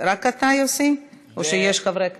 רק אתה, יוסי, או שיש חברי כנסת?